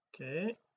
Okay